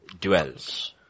dwells